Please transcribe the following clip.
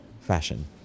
fashion